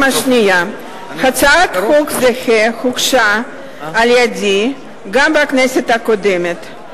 הצעת חוק זהה הוגשה על-ידי גם בכנסת הקודמת.